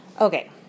Okay